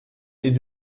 est